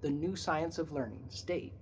the new science of learning, state